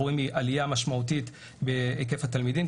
אנחנו רואים עלייה משמעותית בהיקף התלמידים.